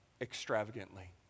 extravagantly